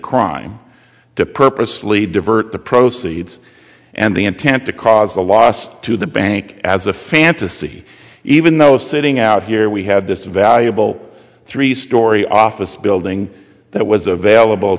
crime to purposely divert the proceeds and the intent to cause a loss to the bank as a fantasy even though it's sitting out here we have this valuable three story office building that was available